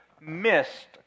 missed